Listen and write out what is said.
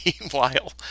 Meanwhile